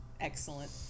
Excellent